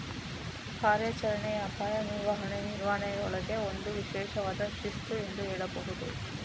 ಕಾರ್ಯಾಚರಣೆಯ ಅಪಾಯ ನಿರ್ವಹಣೆ ನಿರ್ವಹಣೆಯೂಳ್ಗೆ ಒಂದು ವಿಶೇಷವಾದ ಶಿಸ್ತು ಎಂದು ಹೇಳಬಹುದು